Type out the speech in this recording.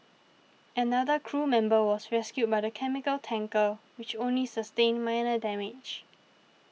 another crew member was rescued by the chemical tanker which only sustained minor damage